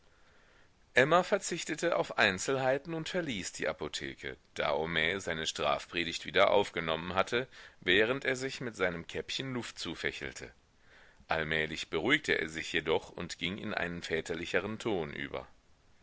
emma verzichtete auf einzelheiten und verließ die apotheke da homais seine strafpredigt wieder aufgenommen hatte während er sich mit seinem käppchen luft zufächelte allmählich beruhigte er sich jedoch und ging in einen väterlicheren ton über